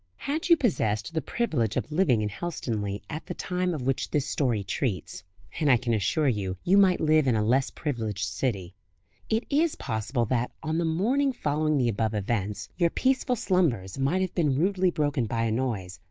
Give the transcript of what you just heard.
had you possessed the privilege of living in helstonleigh at the time of which this story treats and i can assure you you might live in a less privileged city it is possible that, on the morning following the above events, your peaceful slumbers might have been rudely broken by a noise,